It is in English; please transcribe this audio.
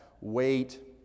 wait